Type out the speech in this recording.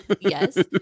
Yes